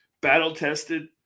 battle-tested